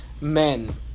men